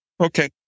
Okay